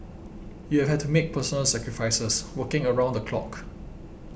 you have had to make personal sacrifices working around the clock